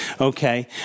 Okay